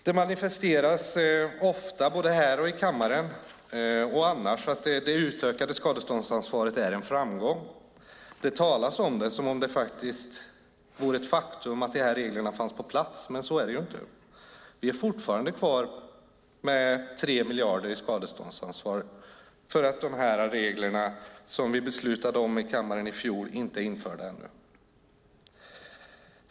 Det manifesteras ofta, både i kammaren och annars, att det utökade skadeståndsansvaret är en framgång. Det talas om det som om det vore ett faktum att de här reglerna fanns på plats. Men så är det ju inte. Vi står fortfarande kvar med 3 miljarder i skadeståndsansvar för att de regler som vi beslutade om i kammaren i fjol inte är införda ännu.